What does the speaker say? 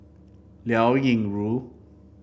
Liao Yingru